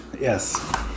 Yes